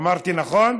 אמרתי נכון?